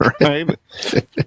Right